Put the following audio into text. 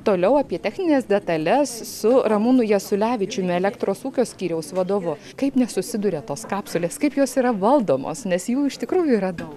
toliau apie technines detales su ramūnu jasiulevičiumi elektros ūkio skyriaus vadovu kaip nesusiduria tos kapsulės kaip jos yra valdomos nes jų iš tikrųjų yra daug